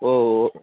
ஓ ஓ